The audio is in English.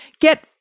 Get